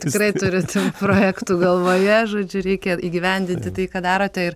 tikrai turit projektų galvoje žodžiu reikia įgyvendinti tai ką darote ir